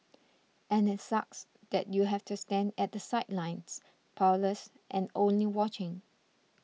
and it sucks that you have to stand at the sidelines powerless and only watching